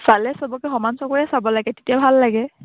চালে চবকে সমান চকুৰে চাব লাগে তেতিয়া ভাল লাগে